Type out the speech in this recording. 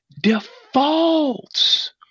defaults